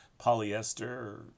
polyester